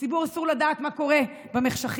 לציבור אסור לדעת מה קורה במחשכים.